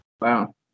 Wow